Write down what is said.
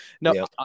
no